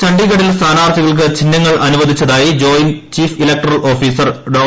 ഛണ്ഡിഗഡിൽ സ്ഥാനാർത്ഥികൾക്ക് ചിഹ്നങ്ങൾ അനുവദിച്ചതായി ജോയിന്റ് ചീഫ് ഇലക്ടറൽ ഓഫീസർ ഡോ